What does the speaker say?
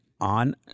on